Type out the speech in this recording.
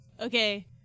Okay